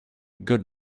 good